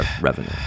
revenue